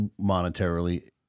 monetarily